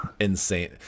insane